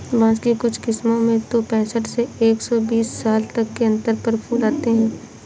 बाँस की कुछ किस्मों में तो पैंसठ से एक सौ बीस साल तक के अंतर पर फूल आते हैं